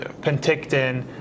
Penticton